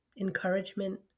encouragement